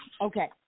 Okay